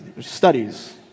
Studies